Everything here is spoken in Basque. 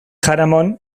jaramon